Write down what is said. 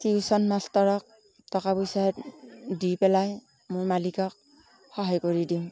tuition মাষ্টৰক টকা পইচা দি পেলাই মই মালিকক সহায় কৰি দিওঁ